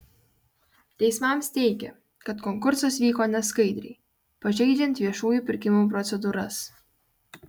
teismams teigė kad konkursas vyko neskaidriai pažeidžiant viešųjų pirkimų procedūras